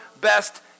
best